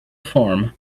form